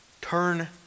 Turn